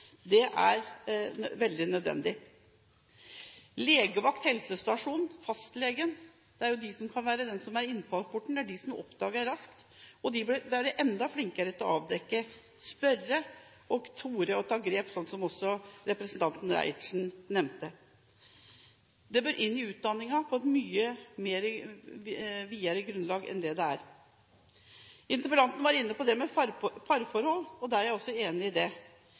gjøre, er veldig nødvendig. Legevakt, helsestasjon, fastlege – det er de som kan være innfallsporten, det er de som oppdager det raskt. De bør være enda flinkere til å avdekke, spørre og tore å ta grep, som også representanten Reiertsen nevnte. Det bør inn i utdanningen på et mye videre grunnlag enn det det er i dag. Interpellanten var inne på det med parforhold. Jeg er enig i det.